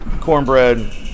cornbread